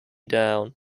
down